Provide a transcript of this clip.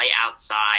outside